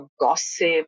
gossip